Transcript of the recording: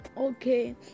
okay